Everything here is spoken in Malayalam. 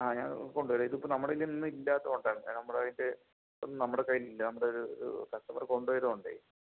ആ ഞാൻ കൊണ്ടുവരാം ഇതിപ്പോൾ നമ്മുടെ കയ്യിൽ ഇന്നില്ലാത്തതുകൊണ്ടാണ് നമ്മുടെ കയ്യിൽ നമ്മുടെ കയ്യിൽ ഇല്ല നമ്മുടെ ഒരു ഒരു കസ്റ്റമർ കൊണ്ടുപോയതുകൊണ്ട്